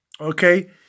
Okay